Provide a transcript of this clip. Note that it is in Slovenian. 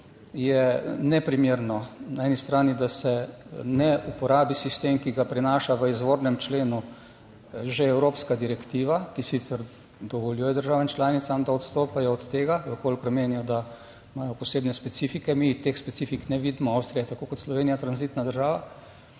je neprimerno na eni strani, da se ne uporabi sistem, ki ga prinaša v izvornem členu že evropska direktiva, ki sicer dovoljuje državam članicam, da odstopajo od tega, v kolikor menijo, da imajo posebne specifike, mi teh specifik ne vidimo. Avstrija je, tako kot Slovenija, tranzitna država.